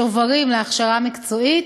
שוברים להכשרה מקצועית,